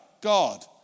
god